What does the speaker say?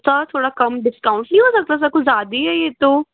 sir थोड़ा कम discount नहीं हो सकता सर कुछ ज़्यादा ही है यह तो